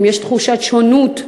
אם יש תחושת שונות,